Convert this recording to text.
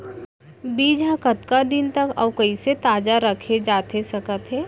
बीज ह कतका दिन तक अऊ कइसे ताजा रखे जाथे सकत हे?